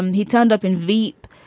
um he turned up in veep.